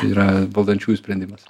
yra valdančiųjų sprendimas